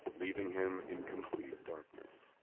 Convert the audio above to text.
leaving him in complete darkness.